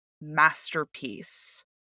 masterpiece